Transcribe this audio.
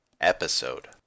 episode